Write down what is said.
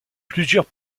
plusieurs